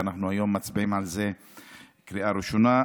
ואנחנו היום מצביעים על זה בקריאה ראשונה.